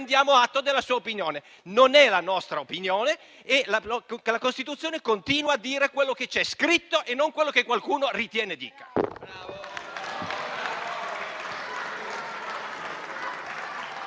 prendiamo atto della sua opinione, che non è la nostra. Secondo noi la Costituzione continua a dire quello che c'è scritto e non quello che qualcuno ritiene dica.